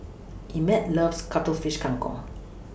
Emett loves Cuttlefish Kang Kong